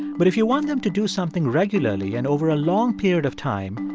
but if you want them to do something regularly and over a long period of time,